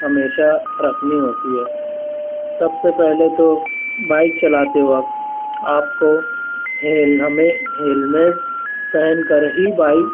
ہمیشہ رکھنی ہوتی ہے سب سے پہلے تو بائک چلاتے وقت آپ کو ہیلمے ہیلمٹ پہن کر ہی بائک